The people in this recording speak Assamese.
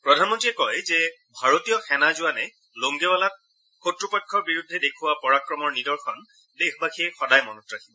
প্ৰধানমন্ত্ৰীগৰাকীয়ে কয় যে ভাৰতীয় সেনা জোৱানে লোংগেবালাত শক্ৰপক্ষৰ বিৰুদ্ধে দেখুওৱা পৰাক্ৰমৰ নিদৰ্শন দেশবাসীয়ে সদায় মনত ৰাখিব